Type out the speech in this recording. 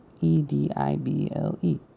E-D-I-B-L-E